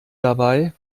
dabei